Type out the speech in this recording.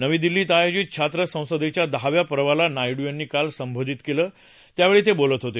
नवी दिल्लीत आयोजित छात्र संसदेच्या दहाव्या पर्वाला नायडू यांनी काल संबोधित केलं त्यावेळी ते बोलत होते